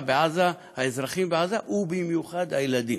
בעזה, האזרחים בעזה, ובמיוחד הילדים,